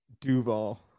Duval